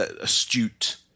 astute